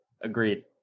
Agreed